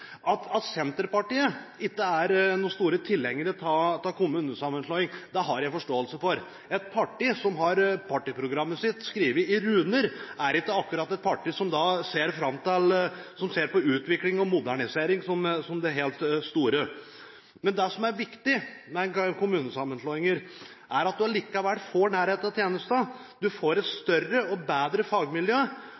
At Senterpartiet ikke er store tilhengere av kommunesammenslåing, har jeg forståelse for. Et parti som har partiprogrammet sitt skrevet i runer, er ikke akkurat et parti som ser på utvikling og modernisering som det helt store. Men det som er viktig med kommunesammenslåinger, er at du allikevel får nærhet til tjenester, og du får et